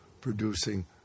producing